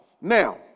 Now